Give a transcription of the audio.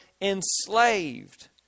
enslaved